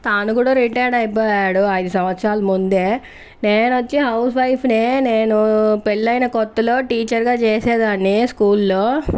తను కూడా రిటైర్డ్ అయిపోయాడు ఐదు సంవత్సరాల ముందే నేనొచ్చి హౌస్ వైఫుని నేను పెళ్లైన కొత్తలో టీచర్గా చేసేదాన్ని స్కూల్లో